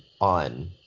on